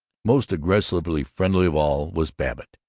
most aggressively friendly of all was babbitt,